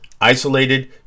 isolated